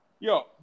Yo